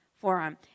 forearm